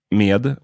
med